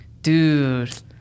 Dude